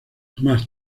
más